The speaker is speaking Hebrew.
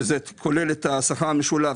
שזה כולל את השכר המשולב,